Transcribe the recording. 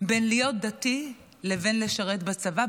בין להיות דתי לבין לשרת בצבא,